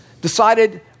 decided